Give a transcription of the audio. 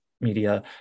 media